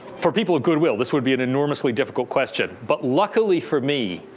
for people of goodwill, this would be an enormously difficult question. but luckily for me,